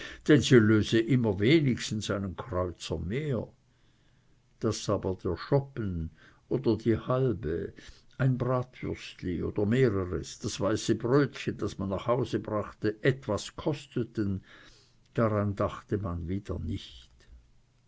sie löse immer wenigstens einen kreuzer mehr daß aber der schoppen oder die halbe ein bratwürstli das weiße brötchen das man nach hause brachte etwas kosteten daran dachte man wieder nicht